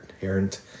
inherent